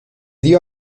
dio